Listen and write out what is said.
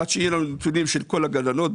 עד שיהיו לנו נתונים של כל הגננות,